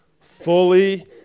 fully